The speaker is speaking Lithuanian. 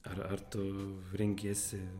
ar ar tu renkiesi